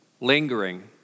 lingering